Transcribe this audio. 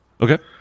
Okay